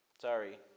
Sorry